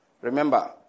Remember